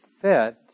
fit